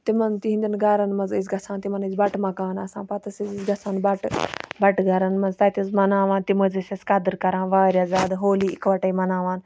تِمَن تِہِنٛدٮ۪ن گَرَن مَنٛز ٲسۍ گَژھان تِمَن ٲسۍ بَٹہٕ مَکان آسان پَتہٕ ٲسۍ أسۍ گَژھان بَٹہٕ بَٹہٕ گَرَن مَنٛز تَتہِ ٲسۍ مَناوان تِم حظ ٲسۍ اَسہِ قَدر کَران واریاہ زیادٕ ہولی اِکوٹَے مَناوان